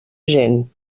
gent